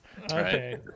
Okay